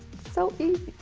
so easy.